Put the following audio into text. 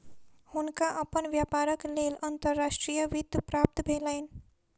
हुनका अपन व्यापारक लेल अंतर्राष्ट्रीय वित्त प्राप्त भेलैन